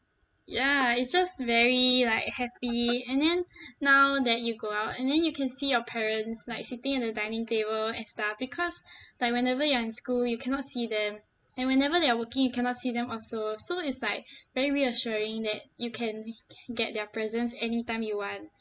ya it's just very like happy and then now that you go out and then you can see your parents like sitting at the dining table and stuff because like whenever you are in school you cannot see them and whenever they are working you cannot see them also so it's like very reassuring that you can get their presence anytime you want